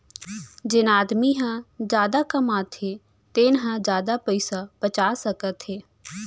जेन आदमी ह जादा कमाथे तेन ह जादा पइसा बचा सकत हे